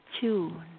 tune